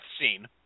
scene